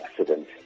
accident